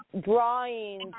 drawings